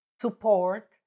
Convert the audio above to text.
support